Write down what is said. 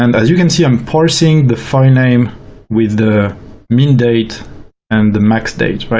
and as you can see i'm parsing the filename with the min. date and the max. date, but